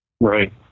Right